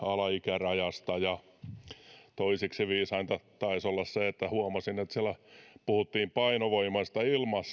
alaikärajasta ja toiseksi viisainta taisi olla se että huomasin että siellä puhuttiin painovoimaisesta